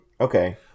Okay